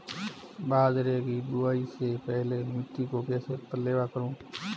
बाजरे की बुआई से पहले मिट्टी को कैसे पलेवा करूं?